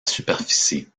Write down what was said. superficie